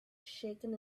shaken